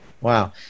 Wow